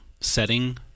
setting